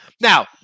now